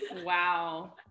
Wow